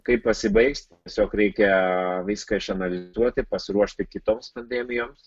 kaip pasibaigs tiesiog reikia viską išanalizuoti pasiruošti kitoms pandemijoms